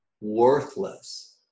Worthless